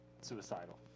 suicidal